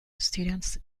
students